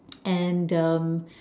and the